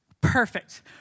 Perfect